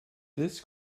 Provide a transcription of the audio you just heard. this